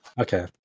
Okay